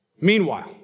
Meanwhile